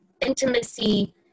intimacy